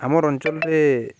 ଆମର୍ ଅଞ୍ଚଳରେ